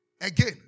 Again